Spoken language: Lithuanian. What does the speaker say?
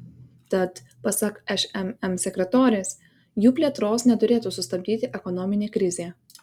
tad pasak šmm sekretorės jų plėtros neturėtų sustabdyti ekonominė krizė